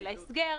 להסגר.